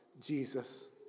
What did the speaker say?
Jesus